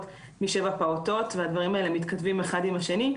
משבע פעוטות והדברים האלה מתכתבים אחד עם השני.